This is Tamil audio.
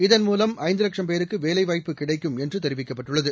இதன்மூலம் ஐந்து லட்சம் பேருக்கு வேலைவாய்ப்பு கிடக்கும் என்று தெரிவிக்கப்பட்டுள்ளது